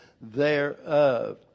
thereof